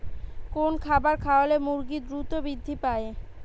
কোন খাবার খাওয়ালে মুরগি দ্রুত বৃদ্ধি পায়?